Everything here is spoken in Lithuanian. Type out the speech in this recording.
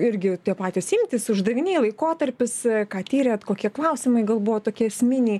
irgi tie patys imtys uždaviniai laikotarpis ką tyrėt kokie klausimai gal buvo tokie esminiai